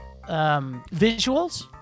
visuals